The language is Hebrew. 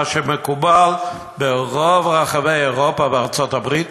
מה שמקובל ברוב רחבי אירופה וארצות-הברית.